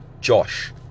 Josh